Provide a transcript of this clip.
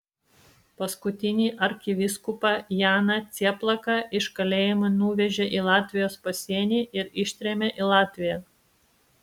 paskutinį arkivyskupą janą cieplaką iš kalėjimo nuvežė į latvijos pasienį ir ištrėmė į latviją